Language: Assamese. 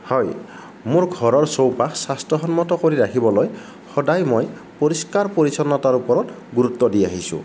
হয় মোৰ ঘৰৰ চৌপাশ স্ৱাস্থ্য়সন্মত কৰি ৰাখিবলৈ সদায় মই পৰিষ্কাৰ পৰিচ্ছন্নতাৰ ওপৰত গুৰুত্ব দি আহিছোঁ